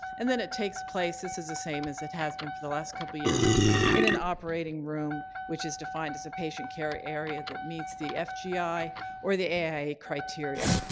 and then it takes place this is the same as it has been for the last couple of years in an operating room which is defined as a patient care area that meets the fgi or the aia criteria.